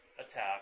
attack